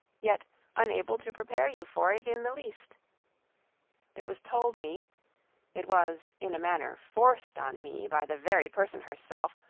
yet unable to prepare you for it in the least it was told me it was in a manner forced on me by the very person herself,